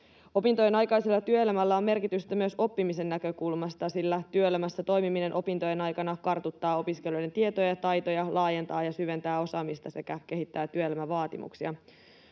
Opintojen aikaisella työelämällä on merkitystä myös oppimisen näkökulmasta, sillä työelämässä toimiminen opintojen aikana kartuttaa opiskelijoiden tietoja ja taitoja, laajentaa ja syventää osaamista sekä kehittää työelämävaatimuksia.